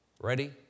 Ready